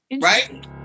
Right